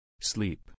Sleep